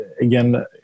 again